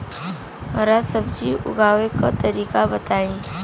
हरा सब्जी उगाव का तरीका बताई?